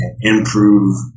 improve